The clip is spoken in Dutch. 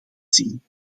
zien